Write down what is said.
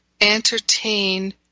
entertain